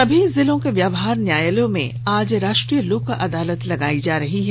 सभी जिलों के व्यवहार न्यायालयों में आज राष्ट्रीय लोक अदालत लगायी जा रही है